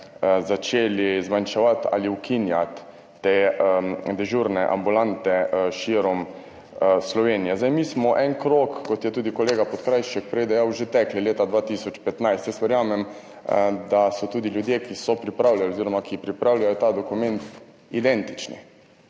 začeli zmanjševati ali ukinjati te dežurne ambulante širom Slovenije. Mi smo en krog, kot je tudi kolega Podkrajšek prej dejal, že tekli leta 2015. Jaz verjamem, da so tudi ljudje, ki so pripravljali oziroma ki pripravljajo ta dokument, identični